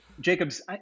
jacobs